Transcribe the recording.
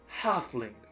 Halfling